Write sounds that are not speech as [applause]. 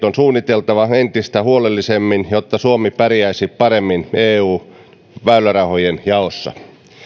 [unintelligible] on suunniteltava entistä huolellisemmin jotta suomi pärjäisi paremmin eu väylärahojen jaossa